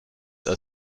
are